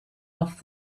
off